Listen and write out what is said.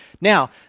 Now